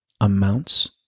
amounts